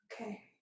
Okay